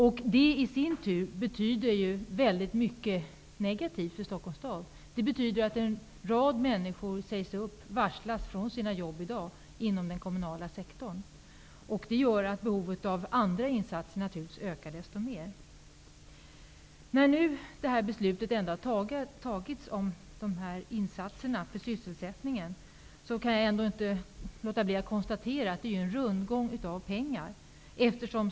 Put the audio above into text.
Indragningen har en mycket negativ betydelse för Stockholms stad. Det betyder att en rad människor varslas om uppsägning från sina jobb inom den kommunala sektorn. Det gör att behovet av andra insatser ökar desto mer. Jag kan inte låta bli att konstatera att det beslut som har fattats om insatser för sysselsättningen innebär en rundgång av pengar.